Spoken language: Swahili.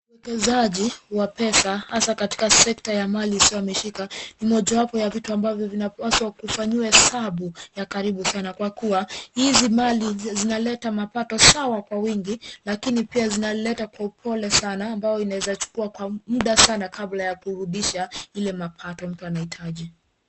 Uwekezaji wa pesa, hasa katika sekta ya mali isiyohamishika, ni mojawapo ya vitu ambavyo vinapaswa kufanyiwa hesabu ya karibu sana, kwa kuwa hizi mali zinaleta mapato sawa kwa wingi, lakini pia zinaleta kwa upole sana, ambayo inaweza chukua muda sana kabla ya kurudisha ile mapato mtu anahitaji.